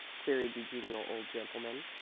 queried the genial old gentleman.